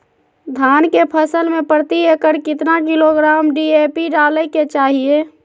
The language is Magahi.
धान के फसल में प्रति एकड़ कितना किलोग्राम डी.ए.पी डाले के चाहिए?